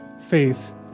faith